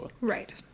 Right